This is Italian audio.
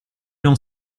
non